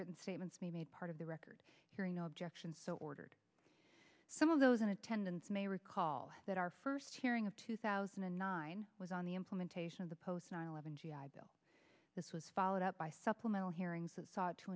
written statements made part of the record hearing no objection so ordered some of those in attendance may recall that our first hearing of two thousand and nine was on the implementation of the post nine eleven g i bill this was followed up by supplemental hearings t